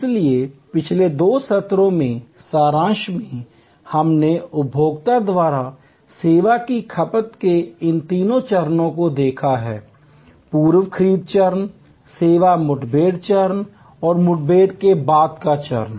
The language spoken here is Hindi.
इसलिए पिछले दो सत्रों में सारांश में हमने उपभोक्ता द्वारा सेवा की खपत के इन तीन चरणों को देखा है पूर्व खरीद चरण सेवा मुठभेड़ चरण और मुठभेड़ के बाद का चरण